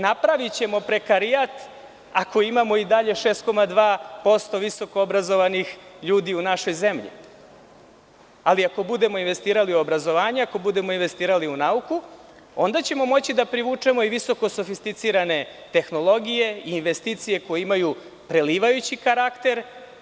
Napravićemo prekarijat ako imamo i dalje 6,2% visokoobrazovanih ljudi u našoj zemlji, ali ako budemo investirali u obrazovanje, ako budemo investirali u nauku, onda ćemo moći da privučemo i visoko sofisticirane tehnologije, investicije koje imaju prelivajući karakter.